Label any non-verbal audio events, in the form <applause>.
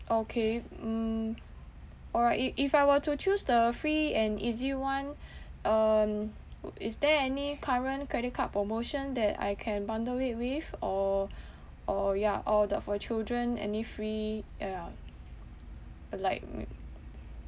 okay mm or i~ if I were to choose the free and easy [one] um oo is there any current credit card promotion that I can bundle it with or or ya or the for children any free yeah <noise> uh like <noise>